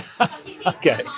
okay